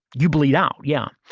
you bleed out. yeah.